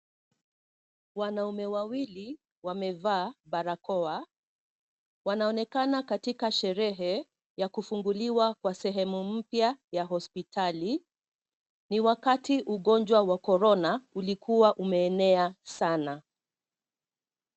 Wanaume wawili wamevaa barakoa. Wanaonekana katika sherehe ya kufunguliwa kwa sehemu mpya ya hospitali. Ni wakati ugonjwa wa Corona ulikuwa umeenea sana.